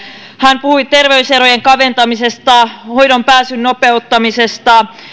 hän puhui terveyserojen kaventamisesta hoitoonpääsyn nopeuttamisesta